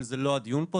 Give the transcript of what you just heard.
אבל זה לא הדיון פה.